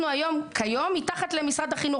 אנחנו כיום מתחת למשרד החינוך,